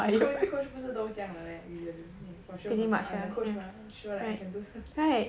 coa~ coach 不是都这样的 meh usually for sure for sure I'm the coach mah for sure I can do this one